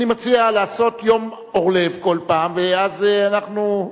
אני מציע לעשות "יום אורלב" כל פעם, ואז אנחנו,